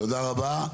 תודה רבה,